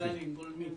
כללי, גולמי.